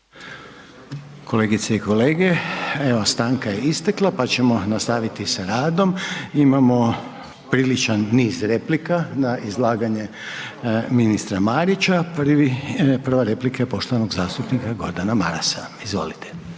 Kolegice i kolege, evo stanka je istekla pa ćemo nastaviti s radom. Imamo priličan niz replika na izlaganje ministra Marića. Prva replika je poštovanog zastupnika Gordana Marasa. Izvolite.